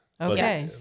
Okay